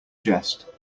jest